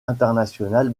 internationale